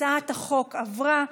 הצעת החוק עברה.